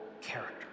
character